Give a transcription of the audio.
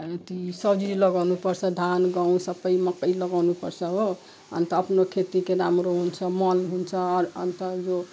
अथी सब्जी लगाउनुपर्छ धान गहुँ सबै मकै लगाउनुपर्छ हो अन्त अपनो खेतीकै राम्रो हुन्छ मल हुन्छ अरू अन्त यो